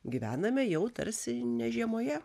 gyvename jau tarsi ne žiemoje